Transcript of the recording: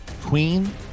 Queen